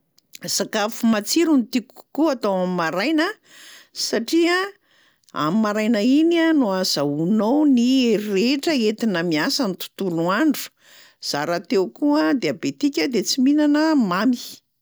Sakafo matsiro no tiako kokoa atao am'maraina satria am'maraina iny a no ahazahoanao ny hery rehetra entina miasa ny tontolo andro. Za rahateo koa diabetika de tsy mihinana mamy.